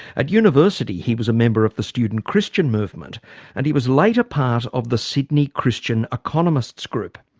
at university he was a member of the student christian movement and he was later part of the sydney christian economists group.